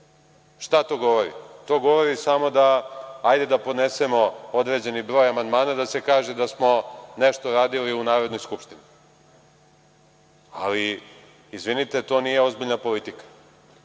87%.Šta to govori? To govori samo da, ajde da podnesemo određeni broj amandmana da se kaže da smo nešto radili u Narodnoj skupštini. Izvinite, ali to nije ozbiljna politika.